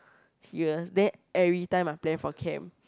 serious then everytime must plan for camp